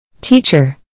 Teacher